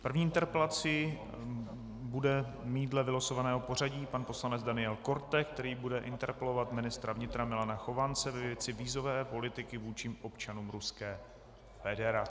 První interpelaci bude mít dle vylosovaného pořadí pan poslanec Daniel Korte, který bude interpelovat ministra vnitra Milana Chovance ve věci vízové politiky vůči občanům Ruské federace.